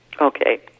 Okay